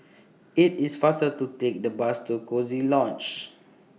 IT IS faster to Take The Bus to Coziee Lodge